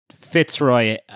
Fitzroy